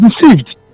deceived